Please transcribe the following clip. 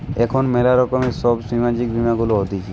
এখন ম্যালা রকমের সব সামাজিক বীমা গুলা হতিছে